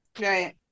Right